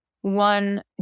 One